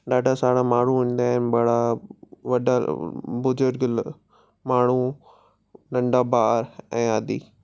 ॾाढा सारा माण्हू हूंदा आहिनि बड़ा वॾा बुजुर्ग माण्हू नंढा ॿार ऐं आदि